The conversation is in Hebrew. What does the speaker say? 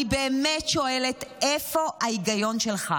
אני באמת שואלת: איפה ההיגיון שלך?